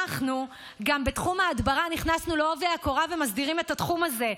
גם בתחום ההדברה נכנסנו בעובי הקורה ומסדירים את התחום הזה,